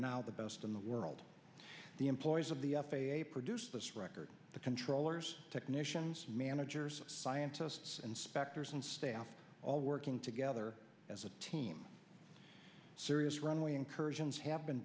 now the best in the world the employees of the f a a produced this record the controllers technicians managers scientists inspectors and staff all working together as a team serious runway incursions have been